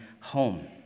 home